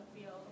feel